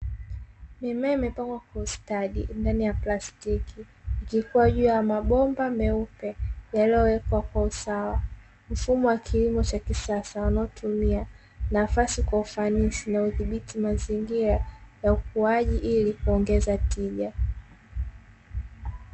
Mimea imepangwa kiustadi ndani ya plastiki, ikikua juu ya mabomba meupe yaliyowekwa kwa usawa. Mfumo wa kilimo cha kisasa unaotumia nafasi kwa ufanisi na udhibiti mazingira ya ukuaji ili kuongeza tija.